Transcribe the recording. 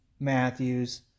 Matthews